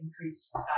increased